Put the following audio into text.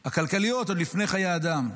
הכלכליות, עוד לפני חיי אדם,